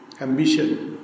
ambition